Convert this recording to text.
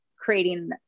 creating